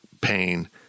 pain